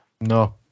No